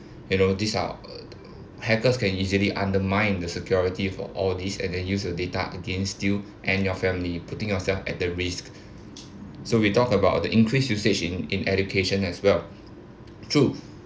you know these are hackers can easily undermine the security for all these and then use your data against you and your family putting yourself at the risk so we talked about the increase usage in in education as well true